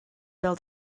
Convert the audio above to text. bêl